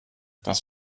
das